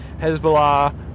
Hezbollah